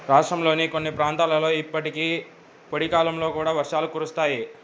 రాష్ట్రంలోని కొన్ని ప్రాంతాలలో ఇప్పటికీ పొడి కాలంలో కూడా వర్షాలు కురుస్తాయి